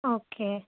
okay